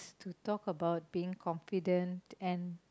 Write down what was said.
to talk about being confident and